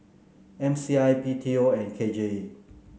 M C I B T O and K J E